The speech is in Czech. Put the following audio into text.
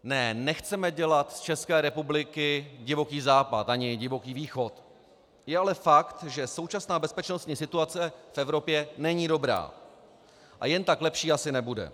Ne, nechceme dělat z České republiky Divoký západ, ani Divoký východ, je ale fakt, že současná bezpečnostní situace v Evropě není dobrá a jen tak lepší asi nebude.